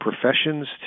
professions